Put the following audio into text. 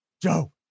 Joe